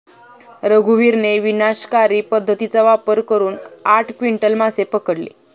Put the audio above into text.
रघुवीरने विनाशकारी पद्धतीचा वापर करून आठ क्विंटल मासे पकडले